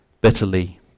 bitterly